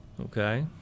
okay